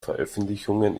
veröffentlichungen